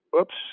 Oops